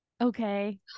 Okay